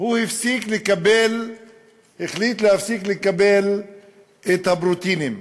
הוא החליט להפסיק לקבל את הפרוטאינים,